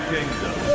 Kingdom